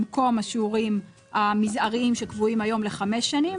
במקום השיעורים המזעריים שקבועים היום לחמש שנים,